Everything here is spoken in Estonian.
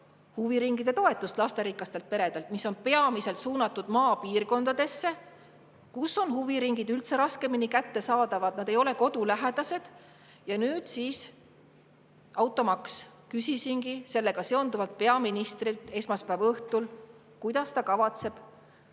huviringitoetust, mis oli peamiselt suunatud maapiirkondadesse, kus huviringid on üldse raskemini kättesaadavad, nad ei ole kodu lähedal. Ja nüüd siis automaks. Küsisingi sellega seonduvalt peaministrilt esmaspäeva õhtul, kuidas ta kavatseb